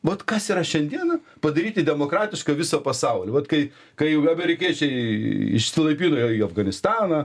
vat kas yra šiandieną padaryti demokratišką visą pasaulį vat kai kai jau amerikiečiai išsilaipino į afganistaną